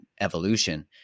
evolution